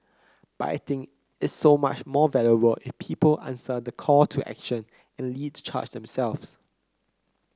but I think it's so much more valuable if people answer the call to action and lead the charge themselves